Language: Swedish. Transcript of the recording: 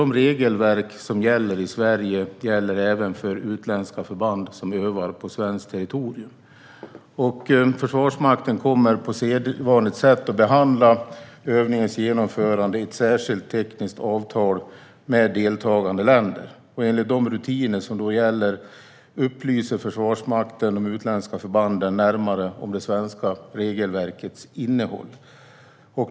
De regelverk som gäller i Sverige gäller alltså även för utländska förband som övar på svenskt territorium. Försvarsmakten kommer på sedvanligt sätt att behandla övningens genomförande i ett särskilt tekniskt avtal med deltagande länder. Enligt de rutiner som då gäller upplyser Försvarsmakten de utländska förbanden närmare om det svenska regelverkets innehåll.